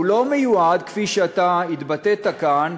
והוא לא מיועד, כפי שאתה התבטאת כאן,